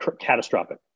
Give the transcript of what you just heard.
catastrophic